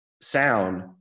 sound